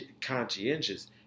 conscientious